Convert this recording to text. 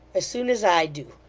as soon as i do.